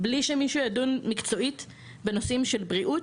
בלי שמישהו ידון מקצועית בנושאים של בריאות,